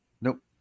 Nope